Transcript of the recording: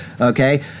Okay